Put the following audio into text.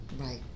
Right